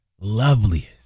loveliest